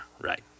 right